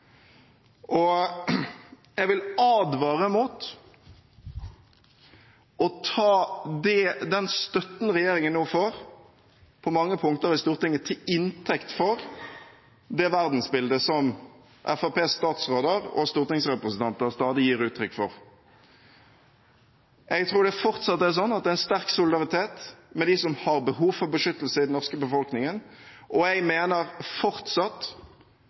Jeg vil advare mot å ta den støtten regjeringen nå får på mange punkter i Stortinget, til inntekt for det verdensbildet som Fremskrittspartiets statsråder og stortingsrepresentanter stadig gir uttrykk for. Jeg tror det fortsatt er slik at det er en sterk solidaritet med dem som har behov for beskyttelse, i den norske befolkningen, og jeg mener fortsatt